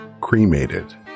cremated